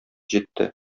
җитте